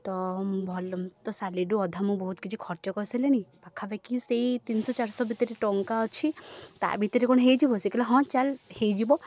ତ ମୁଁ ଭଲ ମୁଁ ତ ସାଲେରୀରୁ ଅଧା ମୁଁ ବହୁତ କିଛି ଖର୍ଚ୍ଚ କରିସାରିଲିଣି ପାଖାପାଖି ସେଇ ତିନିଶହ ଚାରିଶହ ଭିତରେ ଟଙ୍କା ଅଛି ତା'ଭିତରେ କ'ଣ ହେଇଯିବ ସେ କହିଲା ହଁ ଚାଲ ହେଇଯିବ